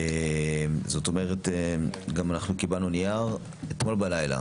זאת אומרת אנחנו גם קיבלנו נייר אתמול בלילה